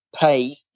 pay